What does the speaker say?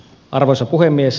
arvoisa puhemies